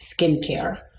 skincare